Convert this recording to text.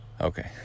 Okay